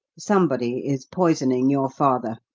somebody is poisoning your father.